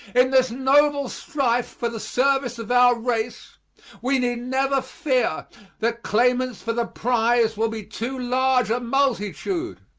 in this noble strife for the service of our race we need never fear that claimants for the prize will be too large a multitude.